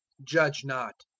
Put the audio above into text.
judge not,